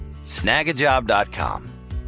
snagajob.com